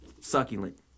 Succulent